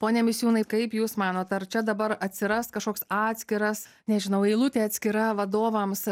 pone misiūnai kaip jūs manot ar čia dabar atsiras kažkoks atskiras nežinau eilutė atskira vadovams